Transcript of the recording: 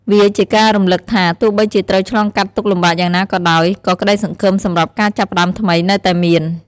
វាជាការរំលឹកថា ទោះបីជាត្រូវឆ្លងកាត់ទុក្ខលំបាកយ៉ាងណាក៏ដោយ ក៏ក្តីសង្ឃឹមសម្រាប់ការចាប់ផ្ដើមថ្មីនៅតែមាន។